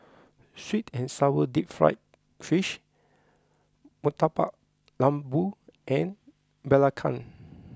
sweet and sour Deep Fried Fish Murtabak Lembu and Belacan